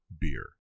beer